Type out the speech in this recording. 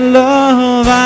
love